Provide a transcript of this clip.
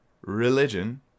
religion